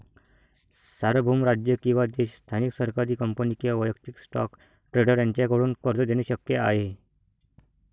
सार्वभौम राज्य किंवा देश स्थानिक सरकारी कंपनी किंवा वैयक्तिक स्टॉक ट्रेडर यांच्याकडून कर्ज देणे शक्य आहे